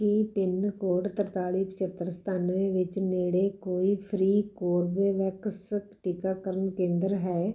ਕੀ pin code ਤਰਤਾਲੀ ਪਝੱਤਰ ਸਤਾਨਵੇਂ ਵਿੱਚ ਨੇੜੇ ਕੋਈ ਫ੍ਰੀ ਕੋਰਬੇਵੈਕਸ ਟੀਕਾਕਰਨ ਕੇਂਦਰ ਹੈ